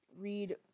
Read